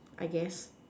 I guess